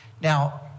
Now